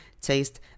taste